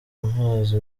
amazi